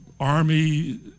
Army